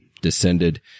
descended